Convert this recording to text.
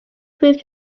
prove